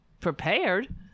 prepared